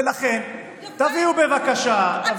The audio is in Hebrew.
ולכן תביאו בבקשה --- יפה.